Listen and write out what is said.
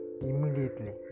immediately